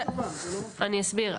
אני אסביר.